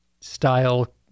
style